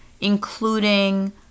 including